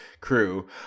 crew